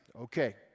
Okay